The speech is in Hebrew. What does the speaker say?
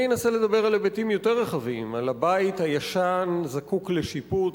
אני אנסה לדבר על היבטים יותר רחבים: על הבית הישן הזקוק לשיפוץ,